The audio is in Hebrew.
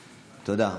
תודה.